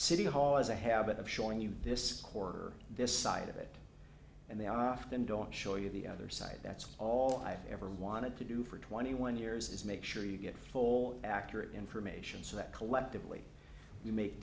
city hall as a habit of showing you this corridor this side of it and they often don't show you the other side that's all i ever wanted to do for twenty one years is make sure you get full accurate information so that collectively you make